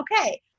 okay